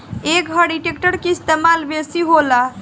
ए घरी ट्रेक्टर के इस्तेमाल बेसी होला